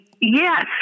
Yes